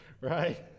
Right